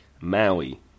Maui